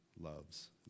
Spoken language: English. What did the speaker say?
loves